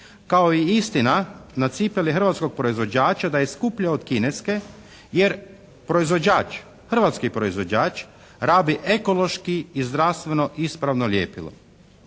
Kao i istina na cipeli hrvatskog proizvođača da je skuplja od kineske jer proizvođač, hrvatski proizvođač rabi ekološki i zdravstveno ispravno ljepilo.